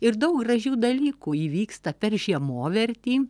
ir daug gražių dalykų įvyksta per žiemovertį